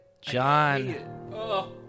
John